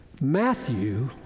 Matthew